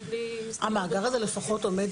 המאגר הזה לפחות עומד